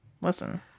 listen